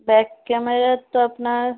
back camera তো আপনার